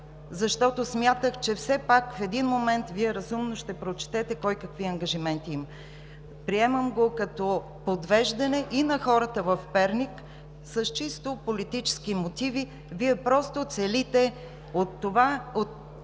защото смятах, че все пак в един момент Вие разумно ще прочетете кой какви ангажименти има. Приемам го като подвеждане и на хората в Перник с чисто политически мотиви. Вие просто целите от този